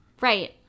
right